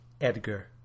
Edgar